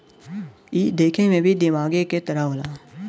ई देखे मे भी दिमागे के तरह होला